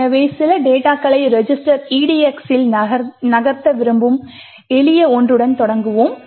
எனவே சில டேட்டாகளை ரெஜிஸ்டர் edx ல் நகர்த்த விரும்பும் எளிய ஒன்றுடன் தொடங்குவோம்